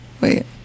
wait